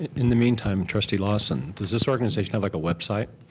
in the meantime, trustee lawson, does this organization have like a website,